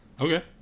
Okay